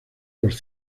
los